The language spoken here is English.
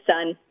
son